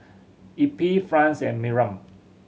Eppie Franz and Miriam